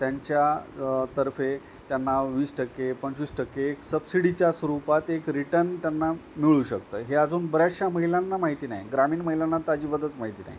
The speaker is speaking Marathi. त्यांच्या तर्फे त्यांना वीस टक्के पंचवीस टक्के एक सबसिडीच्या स्वरूपात एक रिटन्न त्यांना मिळू शकतं आहे हे अजून बऱ्याचशा महिलांना माहिती नाही आहे ग्रामीण महिलांना तर अजिबातच माहिती नाही